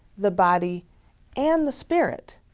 the body and the spirit.